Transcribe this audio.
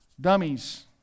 dummies